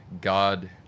God